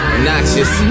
noxious